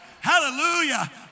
hallelujah